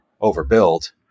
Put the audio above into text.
overbuilt